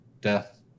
death